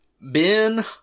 Ben